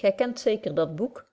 gy kent zeker dat boek